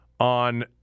on